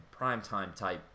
primetime-type